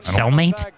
Cellmate